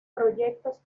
proyectos